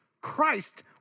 Christ